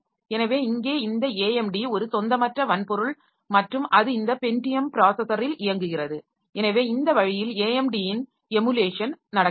எனவே இங்கே இந்த AMD ஒரு சொந்தமற்ற வன்பொருள் மற்றும் அது இந்த பென்டியம் ப்ராஸஸரில் இயங்குகிறது எனவே இந்த வழியில் AMD ன் எமுலேஷன் நடக்கிறது